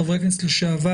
חברי הכנסת לשעבר,